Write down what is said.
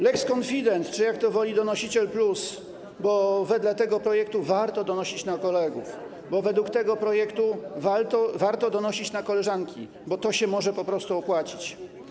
Lex konfident czy też, jak kto woli, donosiciel+, bo wedle tego projektu warto donosić na kolegów, bo wedle tego projektu warto donosić na koleżanki, bo to się może po prostu opłacić.